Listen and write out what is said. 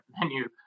menu